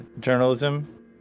Journalism